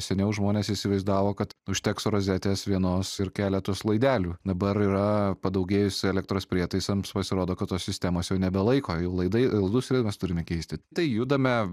seniau žmonės įsivaizdavo kad užteks rozetės vienos ir keletos laidelių dabar yra padaugėjus elektros prietaisams pasirodo kad tos sistemos jau nebelaiko i laidai laidus mes turime keisti tai judame